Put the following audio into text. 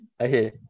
okay